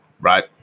right